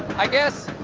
i guess